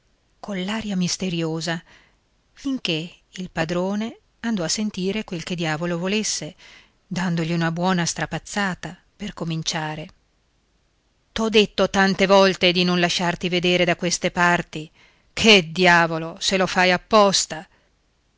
cortile coll'aria misteriosa finchè il padrone andò a sentire quel che diavolo volesse dandogli una buona strapazzata per cominciare t'ho detto tante volte di non lasciarti vedere da queste parti che diavolo se lo fai apposta